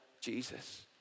Jesus